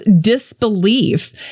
disbelief